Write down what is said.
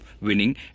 winning